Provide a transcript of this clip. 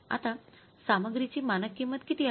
आता सामग्रीची मानक किंमत किती आहे